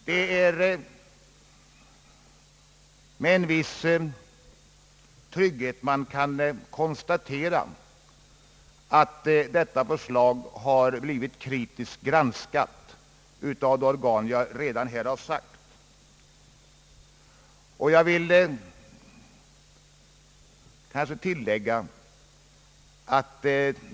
Det är med en viss trygghet man kan konstatera att detta förslag har blivit kritiskt granskat av de organ som här har nämnts.